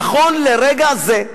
נכון לרגע זה,